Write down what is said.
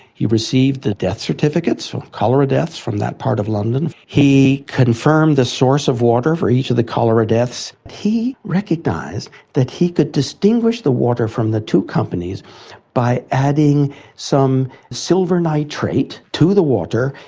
he received the death certificates from cholera deaths from that part of london. he confirmed the source of water for each of the cholera deaths. he recognised that he could distinguish the water from the two companies by adding some silver nitrate to the water,